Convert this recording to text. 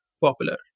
popular